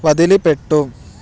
వదిలిపెట్టు